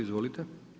Izvolite!